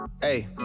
Hey